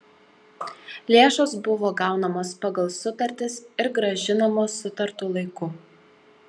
lėšos buvo gaunamos pagal sutartis ir grąžinamos sutartu laiku